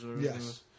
Yes